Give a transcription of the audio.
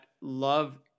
love